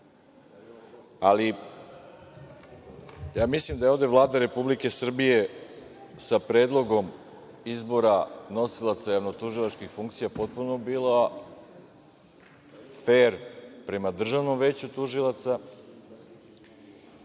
kasnije. Mislim da je ovde Vlada Republike Srbije sa predlogom izbora nosilaca javnotužilačkih funkcija potpuno bila fer prema Državnom veću tužilaca